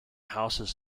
houses